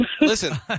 Listen